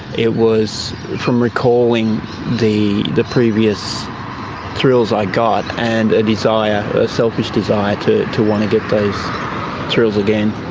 it was from recalling the the previous thrills i got and a desire, a selfish desire to to want to get those thrills again.